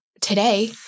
today